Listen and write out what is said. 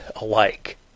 alike